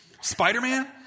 Spider-Man